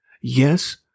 yes